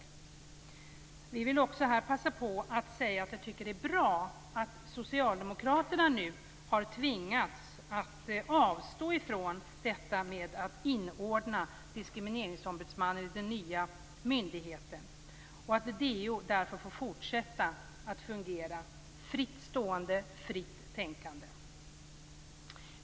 Jag vill passa på att säga att jag tycker att det är bra att Socialdemokraterna nu har tvingats avstå från inordnandet av Diskrimineringsombudsmannen i den nya myndigheten och att DO därför får fortsätta att fungera fritt stående och fritt tänkande.